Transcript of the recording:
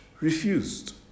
refused